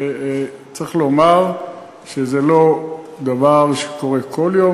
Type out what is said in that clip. וצריך לומר שזה לא דבר שקורה כל יום.